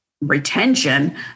retention